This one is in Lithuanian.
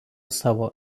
savo